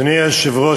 אדוני היושב-ראש,